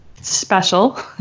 special